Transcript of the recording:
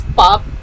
pop